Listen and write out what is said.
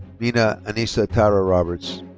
meena anisa tara roberts.